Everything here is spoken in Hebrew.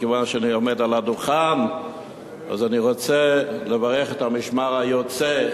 מכיוון שאני עומד על הדוכן אז אני רוצה לברך את המשמר היוצא,